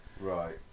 Right